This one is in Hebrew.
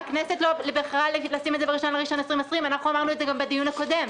הכנסת בחרה לשים את זה ב-1 בינואר 2020. אנחנו אמרנו את זה גם בדיון הקודם.